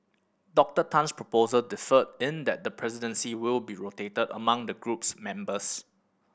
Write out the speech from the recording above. Doctor Tan's proposal differed in that the presidency will be rotated among the group's members